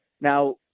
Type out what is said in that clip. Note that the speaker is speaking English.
now